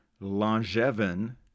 Langevin